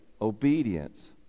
obedience